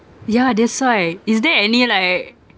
yeah that's why is there any like